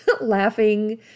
laughing